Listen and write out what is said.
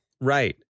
right